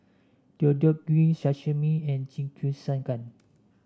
Deodeok Gui Sashimi and Jingisukan